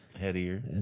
headier